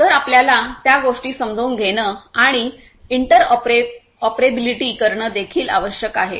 तर आपल्याला त्या गोष्टी समजून घेणे आणि इंटरऑपरेबिलिटी करणे देखील आवश्यक आहे